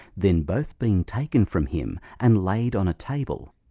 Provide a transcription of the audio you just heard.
then both being taken from him and laid on a table,